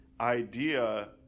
idea